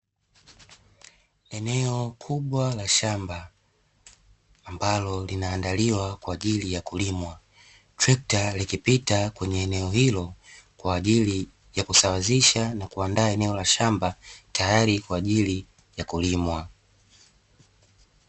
Eneo kubwa la shamba ambalo linaandaliwa kwa ajili ya kulimwa, trekta likipita kwenye eneo hilo kwa ajili ya kusawazisha na kuandaa eneo la shamba tayari kwa ajili ya kulimwa.